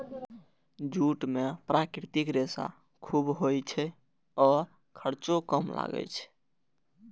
jute मे प्राकृतिक रेशा खूब होइ छै आ खर्चो कम लागै छै